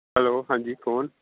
hello ਹਾਂਜੀ ਕੌਣ